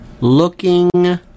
looking